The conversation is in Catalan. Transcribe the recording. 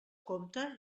compte